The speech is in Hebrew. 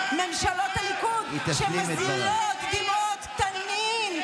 ממשלות הליכוד שמזילות דמעות תנין,